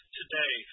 today